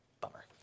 bummer